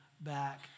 back